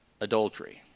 Adultery